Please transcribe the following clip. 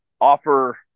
offer